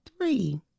three